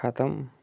ختم